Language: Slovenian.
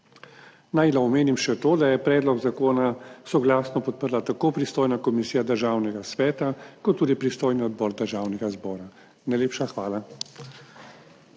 Naj omenim še to, da je predlog zakona soglasno podprla tako pristojna komisija Državnega sveta kot tudi pristojni odbor Državnega zbora. Najlepša hvala.